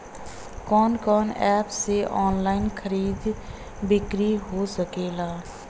कवन कवन एप से ऑनलाइन खरीद बिक्री हो सकेला?